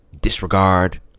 Disregard